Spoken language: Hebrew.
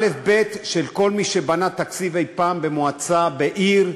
אלף-בית של כל מי שבנה תקציב אי פעם במועצה, בעיר,